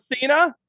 Cena